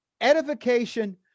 edification